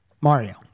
Mario